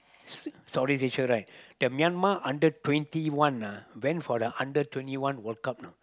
Southeast-Asia right the Myanmar under twenty one ah went for the under twenty one World-Cup know